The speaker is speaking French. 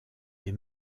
des